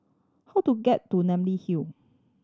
how do get to Namly Hill